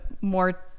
more